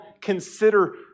consider